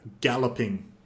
galloping